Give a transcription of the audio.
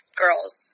girls